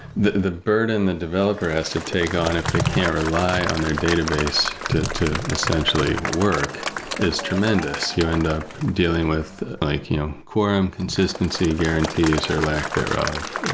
the the burden the developer has to take on if they can't rely on their database to to essentially work is tremendous. you end up dealing with with quorum consistency guarantees or lack thereof.